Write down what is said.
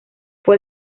fue